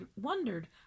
wondered